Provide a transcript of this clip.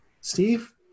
steve